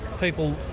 people